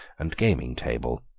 and gaming table,